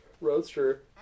roadster